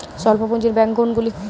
স্বল্প পুজিঁর ব্যাঙ্ক কোনগুলি?